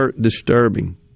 disturbing